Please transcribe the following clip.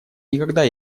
никогда